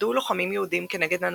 מרדו לוחמים יהודים כנגד הנאצים,